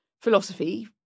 philosophy